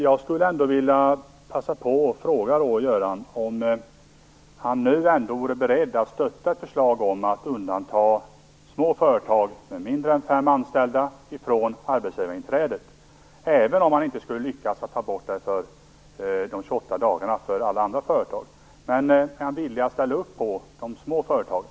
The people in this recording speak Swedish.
Jag vill ändå passa på att fråga om Göran Hägglund nu vore beredd att stödja ett förslag om att undanta små företag med mindre än fem anställda från arbetsgivarinträdet, även om man inte skulle lyckas att ta bort de 28 dagarna för andra företag. Är Göran Hägglund villig att ställa upp för de små företagen?